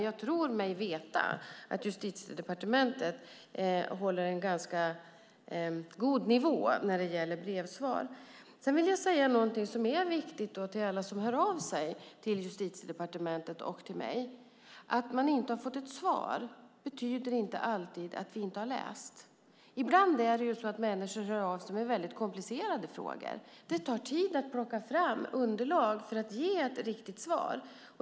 Jag tror mig dock veta att Justitiedepartementet håller en ganska god nivå när det gäller brevsvar. Sedan vill jag säga någonting viktigt till alla som hör av sig till Justitiedepartementet och till mig: Att man inte har fått ett svar betyder inte alltid att vi inte har läst. Ibland hör människor av sig med väldigt komplicerade frågor. Det tar tid att plocka fram underlag för att ge ett riktigt svar.